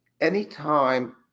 anytime